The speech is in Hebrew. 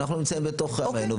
אנחנו נמצאים בתוך עמנו.